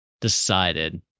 decided